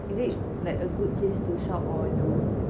is it like a good place to shop or you know